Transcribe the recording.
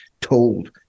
told